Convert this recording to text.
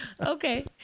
Okay